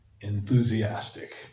enthusiastic